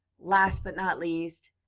last but not least,